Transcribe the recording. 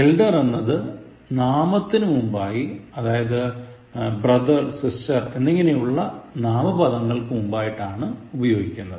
elder എന്നത് നാമത്തിനു മുന്പായി അതായത് bother sister എന്നിങ്ങനെയുള്ള നാമപദങ്ങൾക്കു മുന്പായിട്ടാണ് ഉപയോഗിക്കുന്നത്